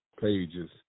pages